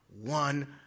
one